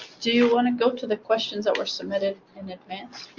do you want to go to the questions that were submitted in advance?